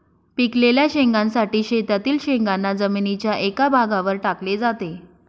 पिकलेल्या शेंगांसाठी शेतातील शेंगांना जमिनीच्या एका भागावर टाकले जाते